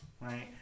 right